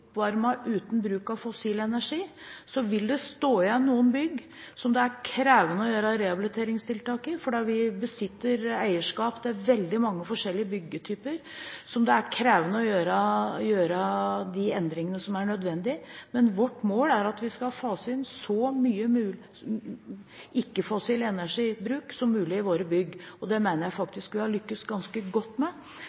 krevende å gjøre rehabiliteringstiltak i, for vi besitter eierskap til veldig mange forskjellige byggtyper, som det er krevende å gjøre de nødvendige endringene i. Men vårt mål er at vi skal fase inn så mye ikke-fossil energibruk som mulig i våre bygg, og det mener jeg